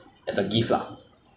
后面也是有一条龙